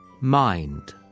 Mind